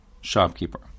shopkeeper